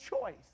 choice